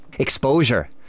exposure